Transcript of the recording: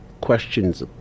questions